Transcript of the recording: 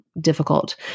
difficult